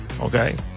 Okay